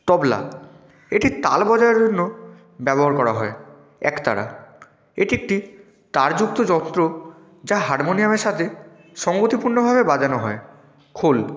তবলা এটি তাল বজায়ের জন্য ব্যবহার করা হয় একতারা এটি একটি তারযুক্ত যন্ত্র যা হারমোনিয়ামের সাথে সংগতিপূর্ণভাবে বাজানো হয় খোল